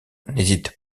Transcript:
n’hésite